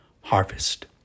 harvest